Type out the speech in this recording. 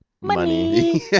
Money